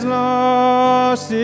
lost